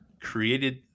created